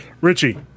Richie